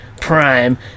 Prime